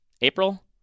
April